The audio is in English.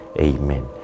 Amen